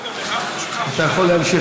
אתה יכול להמשיך,